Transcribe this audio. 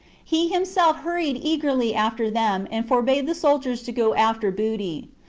he himself hurried eagerly after them, and forbade the soldiers to go after booty.